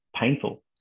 painful